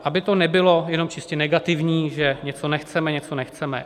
Aby to nebylo jenom čistě negativní, že něco nechceme, něco nechceme.